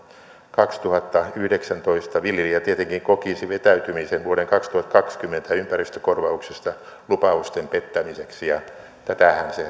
kaksituhattayhdeksäntoista viljelijä tietenkin kokisi vetäytymisen vuoden kaksituhattakaksikymmentä ympäristökorvauksesta lupausten pettämiseksi ja tätähän se